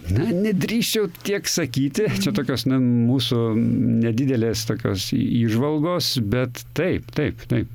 na nedrįsčiau tiek sakyti tokios mūsų nedidelės tokios į įžvalgos bet taip taip taip